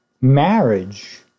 marriage